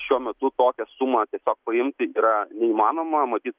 šiuo metu tokią sumą tiesiog paimti yra neįmanoma matyt